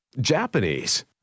Japanese